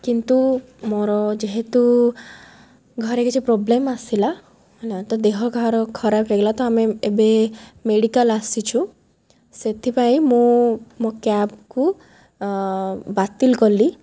କିନ୍ତୁ ମୋର ଯେହେତୁ ଘରେ କିଛି ପ୍ରୋବ୍ଲେମ୍ ଆସିଲା ହେଲା ତ ଦେହ କାହାର ଖରାପ ହୋଇଗଲା ତ ଆମେ ଏବେ ମେଡ଼ିକାଲ୍ ଆସିଛୁ ସେଥିପାଇଁ ମୁଁ ମୋ କ୍ୟାବ୍କୁ ବାତିଲ କଲି